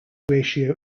ratio